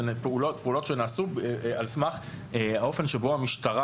אלה פעולות שנעשו על סמך האופן שבו המשטרה